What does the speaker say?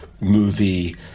movie